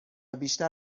بیشتر